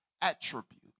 attribute